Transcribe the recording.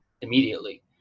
immediately